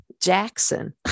Jackson